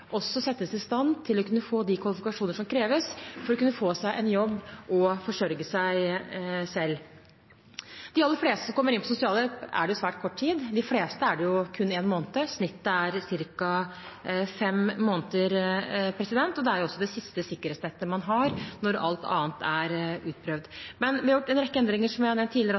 også settes i stand til å kunne få de kvalifikasjoner som kreves for å kunne få seg en jobb og forsørge seg selv. De aller fleste som kommer inn på sosialhjelp, er der i svært kort tid. De fleste er der i kun én måned. Snittet er ca. fem måneder. Det er jo det siste sikkerhetsnettet man har, når alt annet er utprøvd. Vi har gjort en rekke endringer, som jeg har nevnt tidligere